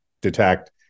detect